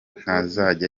ntazajya